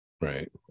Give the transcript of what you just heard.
Right